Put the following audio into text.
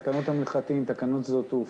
תקנות המנחתים ותקנות שדות תעופה,